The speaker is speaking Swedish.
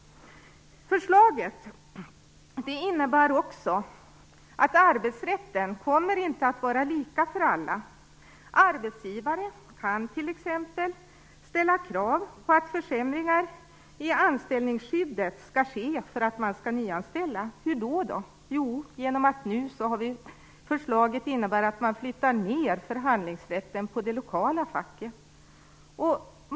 Vidare innebär förslaget att arbetsrätten inte kommer att vara lika för alla. Arbetsgivare kan t.ex. ställa krav på att försämringar i anställningsskyddet skall ske för att man skall nyanställa. Hurdå? Jo, genom att man, enligt förslaget, flyttar ned förhandlingsrätten till det lokala facket.